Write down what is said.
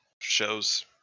shows